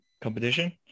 competition